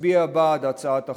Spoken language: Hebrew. ותצביע בעד הצעת החוק.